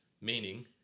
meaning